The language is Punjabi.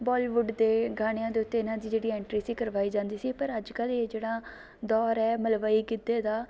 ਬੋਲੀਵੁੱਡ ਦੇ ਗਾਣਿਆ ਦੇ ਉੱਤੇ ਇਹਨਾਂ ਦੀ ਜਿਹੜੀ ਐਂਟਰੀ ਸੀ ਕਰਵਾਈ ਜਾਂਦੀ ਸੀ ਪਰ ਅੱਜ ਕੱਲ੍ਹ ਇਹ ਜਿਹੜਾ ਦੌਰ ਹੈ ਮਲਵਈ ਗਿੱਧੇ ਦਾ